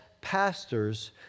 pastors